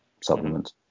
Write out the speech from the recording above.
supplement